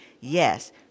yes